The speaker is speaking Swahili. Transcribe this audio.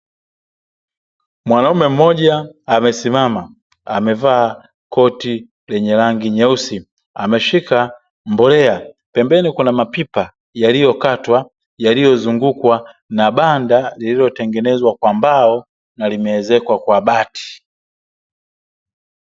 Mwanaume mmoja amesimama, amevaa koti lenye rangi nyeusi, ameshika mbolea. Pembeni kuna mapipa yaliyokatwa, yaliyozungukwa na banda lililotengenezwa kwa mbao na limeezekwa kwa bati.